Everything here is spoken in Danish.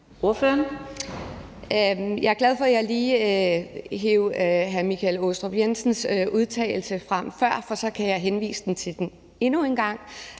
Jeg er glad for, at jeg lige hev hr. Michael Aastrup Jensens udtalelse frem før, for så kan jeg henvise til den endnu en gang.